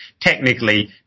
technically